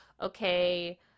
okay